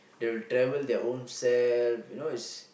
if you travel your ownself you know is